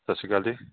ਸਤਿ ਸ਼੍ਰੀ ਅਕਾਲ ਜੀ